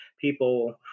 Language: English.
people